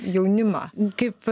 jaunimą kaip